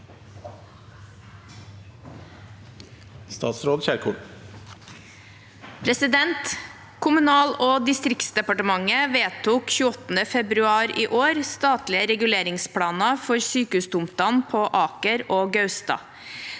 Ingvild Kjerkol Kommunal- og distriktsdepartementet vedtok 28. februar i år statlige reguleringsplaner for sykehustomtene på Aker og Gaustad.